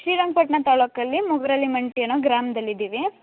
ಶ್ರೀರಂಗ ಪಟ್ಟಣ ತಾಲೂಕಲ್ಲಿ ಮೊಗರಳ್ಳಿ ಮಂಟೆ ಅನ್ನೋ ಗ್ರಾಮ್ದಲ್ಲಿ ಇದೀವಿ